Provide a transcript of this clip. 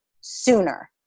sooner